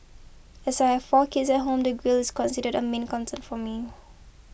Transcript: as I four kids at home the grille is considered a main concern for me